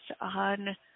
on